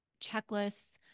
checklists